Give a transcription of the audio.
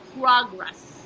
progress